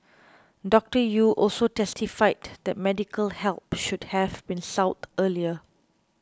Doctor Yew also testified that medical help should have been sought earlier